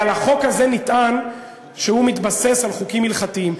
הרי על החוק הזה נטען שהוא מתבסס על חוקים הלכתיים.